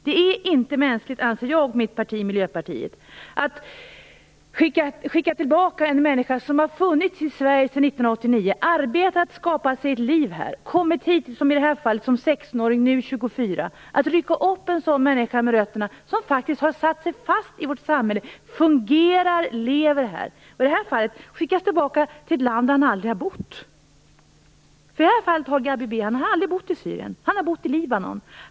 Jag och Miljöpartiet anser att det inte är mänskligt skicka tillbaka en människa som har funnits i Sverige sedan 1989, arbetat och skapat sig ett liv här. I det här fallet kom personen i fråga hit som 16-åring och är nu 24 år. Det är inte mänskligt att rycka upp en människa med rötterna när han satt sig fast i vårt samhälle. Han fungerar och lever här. I det här fallet skall han skickas tillbaka till ett land som han aldrig har bott i. Gabi Behan har aldrig bott i Syrien. Han har bott i Libanon.